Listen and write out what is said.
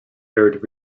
arid